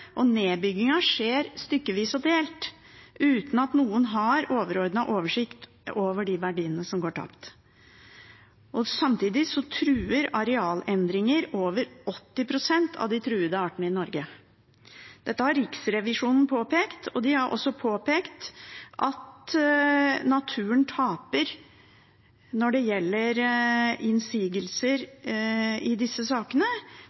noen har overordnet oversikt over de verdiene som går tapt. Samtidig truer arealendringer over 80 pst. av de truede artene i Norge. Dette har Riksrevisjonen påpekt, og de har også påpekt at naturen taper når det gjelder innsigelser i disse sakene,